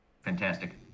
Fantastic